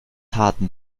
harten